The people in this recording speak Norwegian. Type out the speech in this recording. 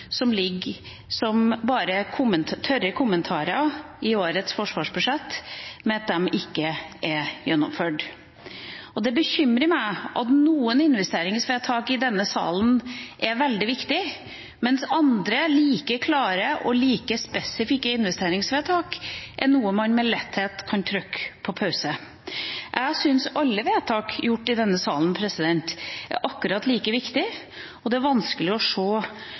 som ligger som bare tørre kommentarer i årets forsvarsbudsjett, ved at de ikke er gjennomført. Det bekymrer meg at noen investeringsvedtak i denne salen er veldig viktige, mens når det gjelder andre, like klare og like spesifikke investeringsvedtak, kan man med letthet trykke på pauseknappen. Jeg syns alle vedtak fattet i denne salen er akkurat like viktige, og det er vanskelig å se